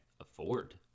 afford